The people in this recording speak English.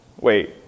Wait